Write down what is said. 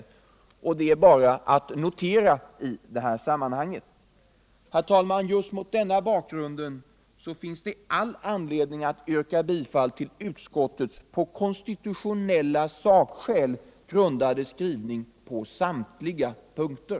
Det är bara att notera. Herr talman! Just mot denna bakgrund finns det all anledning att yrka bifall till utskottets på konstitutionella sakskäl grundade skrivningar på samtliga punkter.